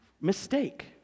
mistake